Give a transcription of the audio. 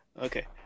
okay